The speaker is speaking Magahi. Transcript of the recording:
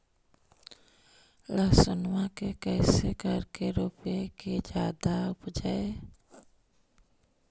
लहसूनमा के कैसे करके रोपीय की जादा उपजई?